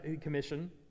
Commission